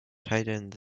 tightened